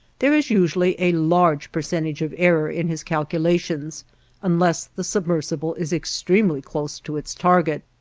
there is usually a large percentage of error in his calculations unless the submersible is extremely close to its target.